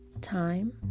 time